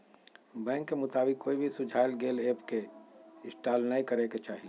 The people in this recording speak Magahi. बैंक के मुताबिक, कोई भी सुझाल गेल ऐप के इंस्टॉल नै करे के चाही